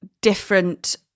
different